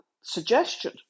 suggestion